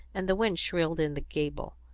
and the wind shrilled in the gable.